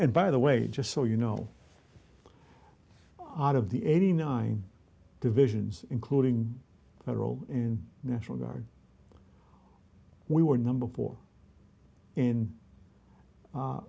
and by the way just so you know out of the eighty nine divisions including federal and national guard we were number four